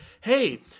hey